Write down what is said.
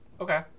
Okay